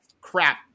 crap